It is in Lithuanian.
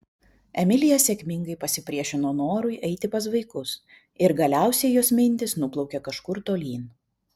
emilija sėkmingai pasipriešino norui eiti pas vaikus ir galiausiai jos mintys nuplaukė kažkur tolyn